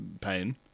pain